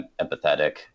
empathetic